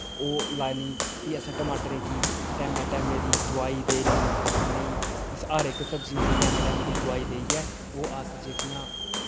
ओह् लानी फ्ही असें टमाटरें गी टैम्मै टैम्मै दी दवाई देनी उ'नें ई हर इक सब्जियें गी टैम्मै टैम्मै दी दवाई देइयै ओह् अस जेह्कियां